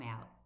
out